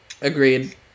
agreed